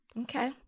Okay